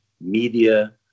media